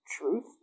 truth